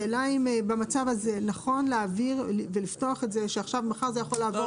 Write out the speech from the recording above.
השאלה אם במצב הזה נכון לפתוח את זה למצב שבו מחר זה יעבור